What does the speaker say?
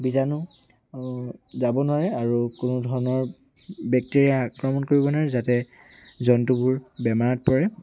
বীজাণু যাব নোৱাৰে আৰু কোনো ধৰণৰ বেক্টেৰিয়াই আক্ৰমণ কৰিব নোৱাৰে যাতে জন্তুবোৰ বেমাৰত পৰে